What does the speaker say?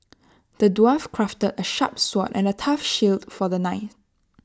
the dwarf crafted A sharp sword and A tough shield for the knight